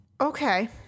Okay